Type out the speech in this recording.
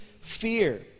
fear